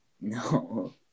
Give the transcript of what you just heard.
No